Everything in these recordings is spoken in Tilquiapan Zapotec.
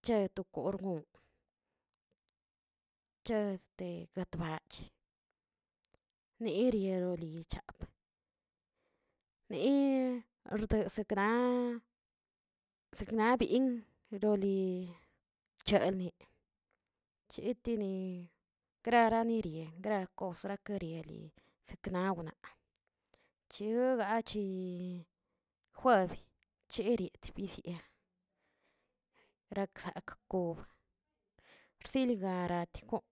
Che to kargon, chete guet ball, nirialolicha ni rde sekna- sekna bin roli chelni, chetini graraneri gra kos sekna wna, chiogachi jueb cheriet bishiie, raksakgon rsil garatigo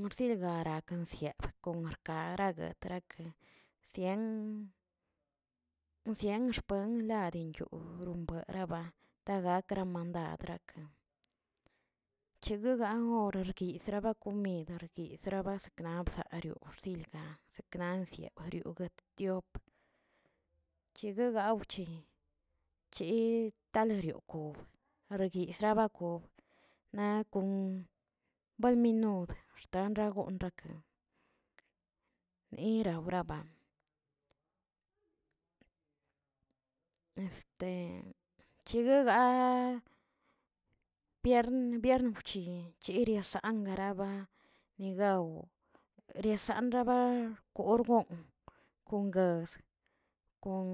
marzigarakə sierb kon arkar guetrakeꞌ, sien- sien xpen wola ben yoo berabraa daa gakra mandadrakə chegganorki sabrakomid orguid sabra sakna sabr xsilga seknansio rioguet tiop, chegue gaochi chi talarawkiyo arguisaba bob na kon balminod tan ragon raka, nira wrabran chiguiga piern viern wchi yiri sangara ni gaw riasamraba kor goon kon gaskə kon.